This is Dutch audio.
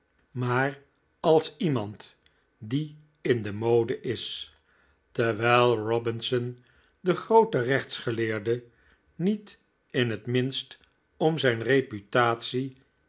maar als iemand die in de mode is terwijl robinson de groote rechtsgeleerde niet in het minst om zijn reputatie